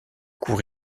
coût